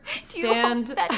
stand